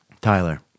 Tyler